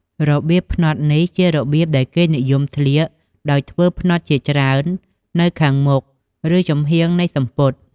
របៀបផ្នត់ នេះជារបៀបដែលគេនិយមស្លៀកដោយធ្វើផ្នត់ជាច្រើននៅខាងមុខ ឬចំហៀងនៃសំពត់។